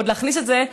ועוד להכניס את זה,